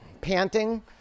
panting